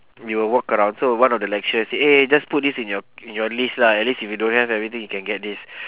you will walk around so one of the lecturers say eh just put this in your in your list lah at least if you don't have everything you can get this